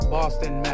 Boston